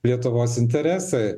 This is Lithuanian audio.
lietuvos interesai